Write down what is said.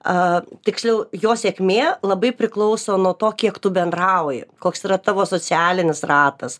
a tiksliau jo sėkmė labai priklauso nuo to kiek tu bendrauji koks yra tavo socialinis ratas